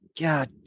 God